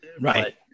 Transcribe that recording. Right